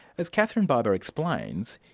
as katherine biber explains,